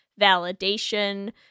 validation